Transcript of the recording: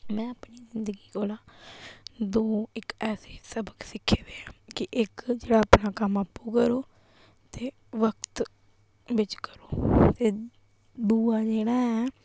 मैं अपनी जिंदगी कोलां दो एक्क ऐसे सबक सिक्खे दे न कि इक जेह्ड़ा अपना कम्म आपूं करो ते वक्त बिच्च करो ते दूआ जेह्ड़ा ऐ